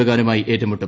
ബഗാനുമായി ഏറ്റുമുട്ടും